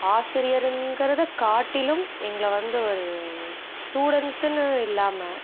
ஆசிரியருங்கிறதை காட்டிலும் எங்களை வந்து ஒரு ஸ்டூடண்ட்ஸுன்னு இல்லாமல்